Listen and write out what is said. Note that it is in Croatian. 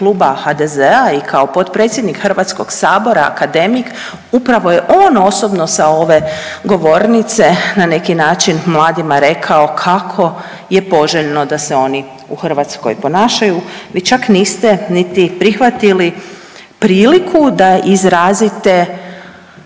Hrvatskoj ponašaju. Vi čak niste niti prihvatili priliku da izrazite